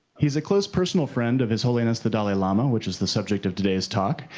he's a close personal friend of his holiness the dalai lama, which is the subject of today's talk,